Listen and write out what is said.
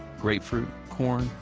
grapefruit. corn.